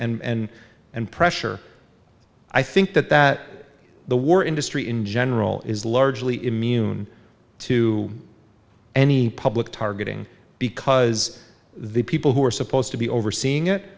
t and and pressure i think that that the war industry in general is largely immune to any public targeting because the people who are supposed to be overseeing it